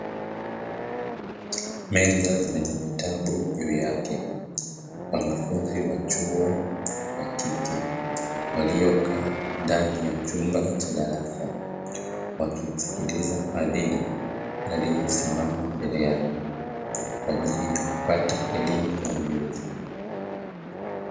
Meza zenye vitabu juu yake, wanafunzi wa chuo wa kike; waliokaa ndani ya chumba cha darasa, wakimsikiliza mhadhiri aliyesimama mbele yao kwa ajili ya kupata elimu na ujuzi.